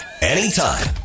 anytime